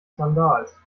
skandals